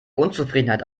unzufriedenheit